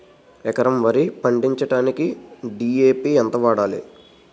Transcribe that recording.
ఎకరం వరి పండించటానికి డి.ఎ.పి ఎంత వాడాలి?